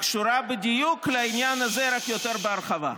קשורה בדיוק לעניין הזה, רק יותר בהרחבה.